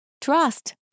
Trust